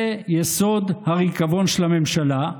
זה יסוד הריקבון של הממשלה,